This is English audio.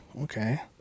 Okay